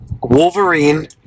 Wolverine